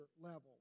level